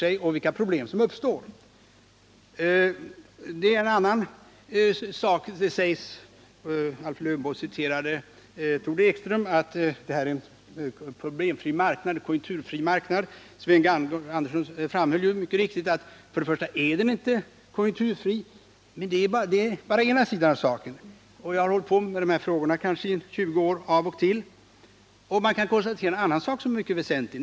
Alf Lövenborg citerade Tord Ekström och framhöll att handeln med öststaterna sker med en problemoch konjunkturfri marknad. Sven Andersson betonade mycket riktigt att denna marknad inte är konjunkturfri. Det är dock bara en sida av saken. Jag har hållit på med dessa frågor i kanske 20 år, och jag kan konstatera en annan sak som är mycket väsentlig.